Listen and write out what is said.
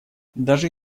даже